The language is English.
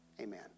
Amen